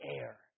air